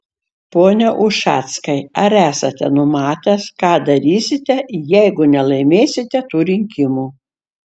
pone ušackai ar esate numatęs ką darysite jeigu nelaimėsite tų rinkimų